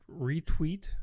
retweet